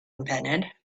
invented